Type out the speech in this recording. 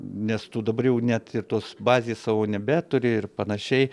nes tu dabar jau net ir tos bazės savo nebeturi ir panašiai